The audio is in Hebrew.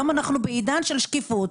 היום אנחנו בעידן של שקיפות,